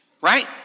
Right